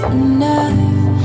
Enough